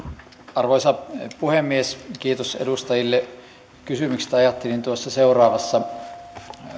arvoisa puhemies kiitos edustajille kysymyksistä ajattelin tuossa seuraavassa